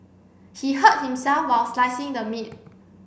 he hurt himself while slicing the meat